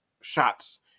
shots